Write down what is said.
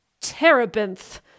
Terebinth